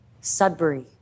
Sudbury